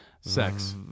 Sex